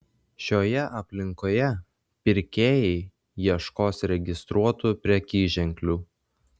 šioje aplinkoje pirkėjai ieškos registruotų prekyženklių